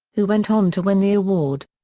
who went on to win the award.